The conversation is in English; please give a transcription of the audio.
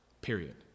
period